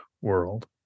world